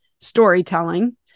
storytelling